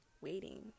waiting